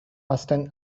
austen